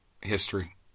history